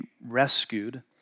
rescued